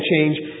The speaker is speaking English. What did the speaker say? change